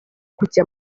kujya